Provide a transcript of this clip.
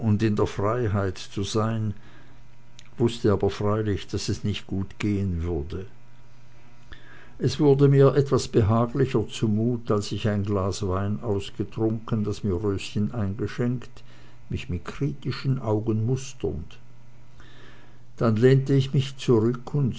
in der freiheit zu sein wußte aber freilich daß es nicht gut gehen würde es wurde mir etwas behaglicher zu mute als ich ein glas wein ausgetrunken das mir röschen eingeschenkt mich mit kritischen äuglein musternd dann lehnte ich mich zurück